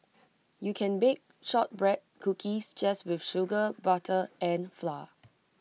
you can bake Shortbread Cookies just with sugar butter and flour